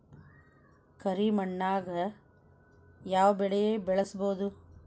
ಕರಿ ಮಣ್ಣಾಗ್ ಯಾವ್ ಬೆಳಿ ಬೆಳ್ಸಬೋದು?